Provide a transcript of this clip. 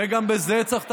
גם בזה צריך לטפל.